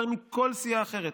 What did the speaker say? יותר מכל סיעה אחרת.